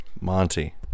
Monty